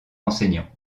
enseignant